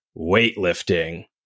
Weightlifting